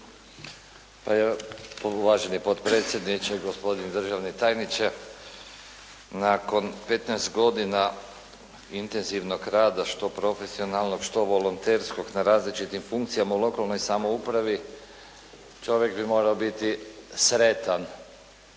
ja uvaženi potpredsjedniče, uvaženi državni tajniče. Nakon 15 godina intenzivnog rada što profesionalnog, što volonterskog na različitim funkcijama u lokalnoj samoupravi, čovjek bi morao biti sretan,